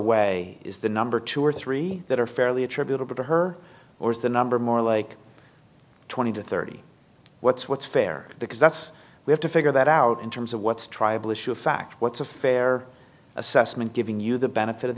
way is the number two or three that are fairly attributable to her or is the number more like twenty to thirty what's what's fair because that's we have to figure that out in terms of what's tribal issue a fact what's a fair assessment giving you the benefit of